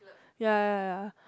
ya ya ya